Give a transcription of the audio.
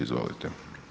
Izvolite.